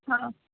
ਹਾਂ